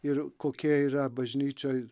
ir kokie yra bažnyčioje